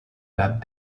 that